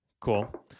cool